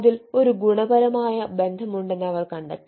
അതിൽ ഒരു ഗുണപരമായ ബന്ധം ഉണ്ടെന്ന് അവർ കണ്ടെത്തി